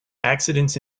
accidents